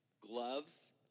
gloves